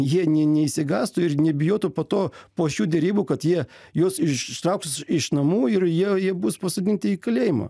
jie ne neišsigąstų ir nebijotų po to po šių derybų kad jie juos ištrauks iš namų ir jie jie bus pasodinti į kalėjimą